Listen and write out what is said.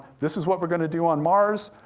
this is what we're gonna do on mars.